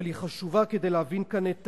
אבל היא חשובה כדי להבין כאן את